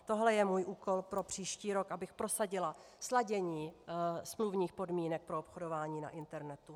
Tohle je můj úkol pro příští rok, abych prosadila sladění smluvních podmínek pro obchodování na internetu.